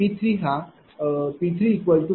तर P हा PPL3PL4PLoss30